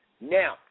Now